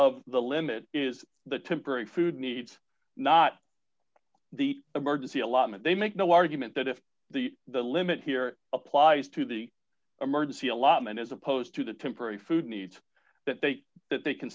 of the limit is the temporary food needs not the emergency allotment they make the argument that if the the limit here applies to the emergency allotment as opposed to the temporary food needs that they that they can